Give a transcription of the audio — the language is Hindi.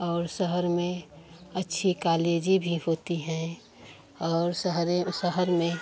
और शहर में अच्छी कॉलेजें भी होती है और शहर में